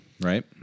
right